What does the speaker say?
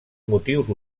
motius